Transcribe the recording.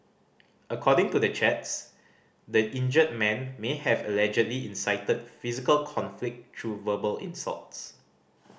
according to the chats the injured man may have allegedly incited physical conflict through verbal insults